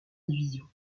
division